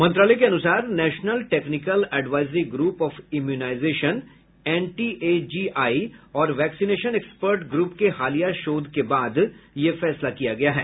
मंत्रालय के अनुसार national technical advisory group of immunization N T A G I और वैक्सीनेशन एक्सपर्ट ग्रूप के हालिया शोध के बाद यह फैसला किया गया है